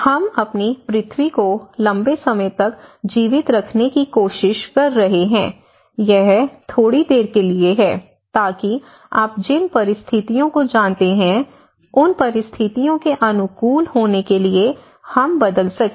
हम अपनी पृथ्वी को लंबे समय तक जीवित रखने की कोशिश कर रहे हैं यह थोड़ी देर के लिए है ताकि आप जिन परिस्थितियों को जानते हैं उन परिस्थितियों के अनुकूल होने के लिए हम बदल सकें